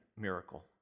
miracle